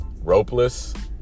ropeless